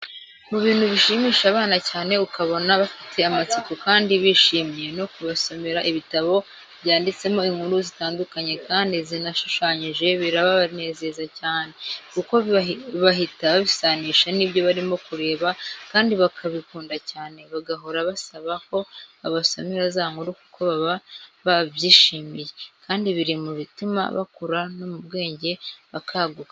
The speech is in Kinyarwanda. Mu bintu bishimisha abana cyane ukabona bafite amatsiko kandi bishimye, no kubasomera ibitabo byanditsemo inkuru zitandukanye kandi zinashushanyije birabanezeza cyane kuko bahita babisanisha nibyobarimo kureba kandi bakabikunda cyane bagahora basaba ko babasomera za nkuru kuko baba babyishimiye kandi biri mu bituma bakura no mu bwenge bakaguka cyane.